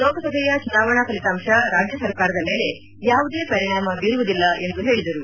ಲೋಕಸಭೆಯ ಚುನಾವಣಾ ಪಲಿತಾಂಶ ರಾಜ್ಯ ಸರ್ಕಾರದ ಮೇಲೆ ಯಾವುದೇ ಪರಿಣಾಮ ಬೀರುವುದಿಲ್ಲ ಎಂದು ಹೇಳಿದರು